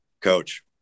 coach